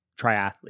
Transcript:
triathlete